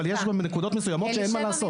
אבל יש גם נקודות מסוימות שאין מה לעשות.